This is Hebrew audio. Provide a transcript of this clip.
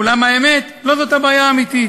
אולם, האמת, לא זאת הבעיה האמיתית.